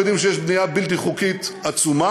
אנחנו יודעים שיש בנייה בלתי חוקית עצומה,